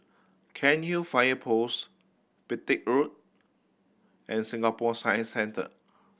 Cairnhill Fire Post Petir Road and Singapore Science Centre